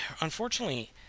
Unfortunately